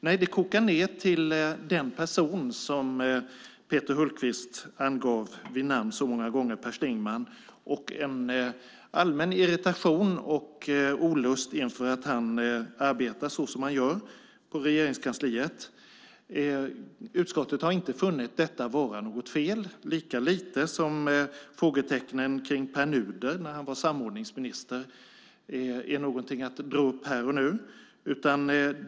Nej, det kokar ned till den person som Peter Hultqvist angav vid namn så många gånger, Per Schlingmann, och en allmän irritation och olust över att han arbetar så som han gör i Regeringskansliet. Utskottet har inte funnit detta vara något fel, lika lite som frågetecknen kring Pär Nuder när han var samordningsminister är någonting att dra upp här och nu.